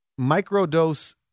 microdose